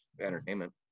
entertainment